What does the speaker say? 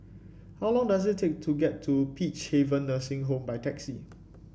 how long does it take to get to Peacehaven Nursing Home by taxi